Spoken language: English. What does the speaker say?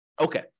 Okay